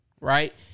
right